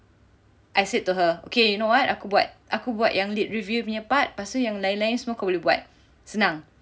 I said to her okay you know what aku buat aku buat yang lit review punya part lepas tu yang lain lain semua kau boleh buat senang